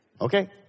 Okay